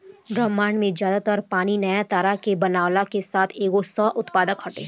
ब्रह्माण्ड में ज्यादा तर पानी नया तारा के बनला के साथ के एगो सह उत्पाद हटे